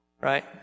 Right